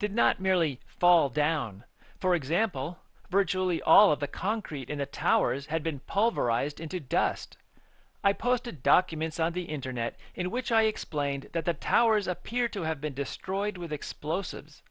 did not merely fall down for example virtually all of the concrete in the towers had been pulverized into dust i posted documents on the internet in which i explained that the towers appeared to have been destroyed with explosives